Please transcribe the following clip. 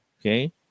Okay